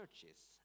churches